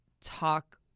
talk